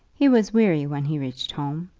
he was weary when he reached home,